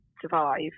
survive